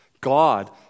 God